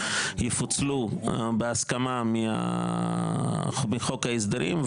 יפוצלו בהסכמה מחוק ההסדרים.